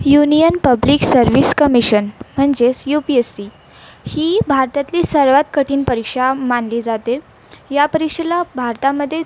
union public service commission म्हणजेस U P S C ही भारतातली सर्वात कठीण परीक्षा मानली जाते या परीक्षेला भारतामध्ये